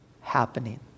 happening